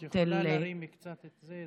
את יכולה להרים קצת את זה?